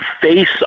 face